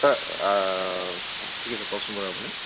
sir ঠিক আছে কওকচোন বাৰু আপুনি